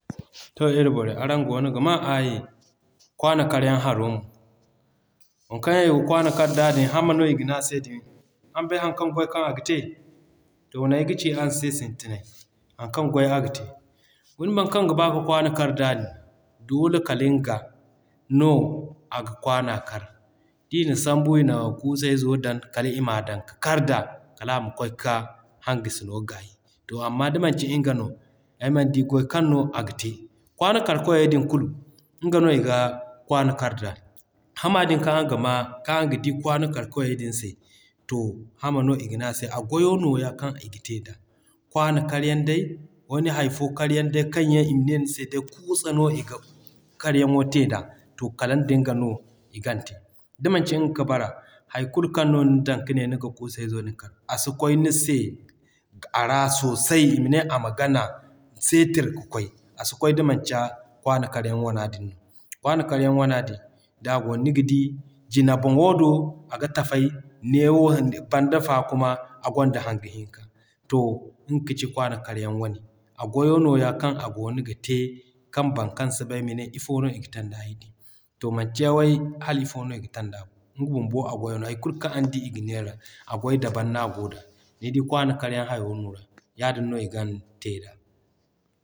To iri borey araŋ goono ga maa aayi. Kwaana kar yaŋ haro mo. Waŋ kaŋ yaŋ iga kwaana kar da din Hama no iga ne a se din. Araŋ bay haŋ kaŋ goy kaŋ aga te? To nan ay ga ci araŋ se sintinay haŋ kaŋ goy aga te. Guna boro kaŋ ga baa ka kwaana kar d'a din, doole kala nga no aga kwaana kar. D'i na sambu ina kuusay zo dan, kala ima dan ka kar da, kala ma kwaay ka hangasino gaayi. To amma da manci nga no, ay mana d'i goy kaŋ no a ga te. Kwaana kar koy din kulu nga no iga kwaana kar da. Hama din kaŋ araŋ ga maa, kaŋ araŋ ga d'i kwaana kar koy din se, to Hama no iga ne a se a goyo nooya kaŋ i ga te da. Kwaano kar yaŋ day, wani hay fo kar yaŋ day kaŋ yaŋ ima ne ni se day kuusa i ga karyaŋo te da. To kalaŋ dinga no igan te. Da manci nga ka bara hay kulu kaŋ no ni dan kane niga kuusay zo din kar. A si kwaay nise a ra sosai ima ne a ma gana ka kwaay. A si kwaay da manci Kwaana kar yaŋ wana din no. Kwaana kar yaŋ wana din d'a goono ni ga d'i jine boŋo do aga tafay tanda fa kuma, a gonda hanga hinka. To nga kaci Kwaana kar yaŋ wane. A goyo nooya kaŋ a goono ga te kaŋ baŋ kaŋ si bay mane ifo no iga tanda hay din. To manci way hala ifo no iga tanda bo, nga bumbo a goy no. Hay kulu kaŋ araŋ d'i i ga neera, a goy daban n'a goo da. Nidi Kwaana kar yaŋ haro nooya. Yaadin no igan te da.